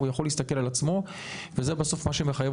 הוא יכול להסתכל על עצמו וזה בסוף מה שמחייב